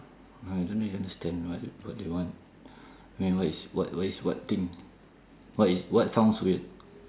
I don't even understand what what they want I mean what is what what is what thing what is what sounds weird